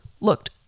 looked